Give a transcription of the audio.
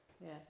Yes